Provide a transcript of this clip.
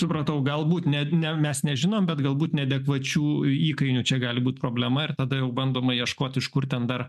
supratau galbūt net ne mes nežinom bet galbūt neadekvačių įkainių čia gali būt problema ir tada jau bandoma ieškot iš kur ten dar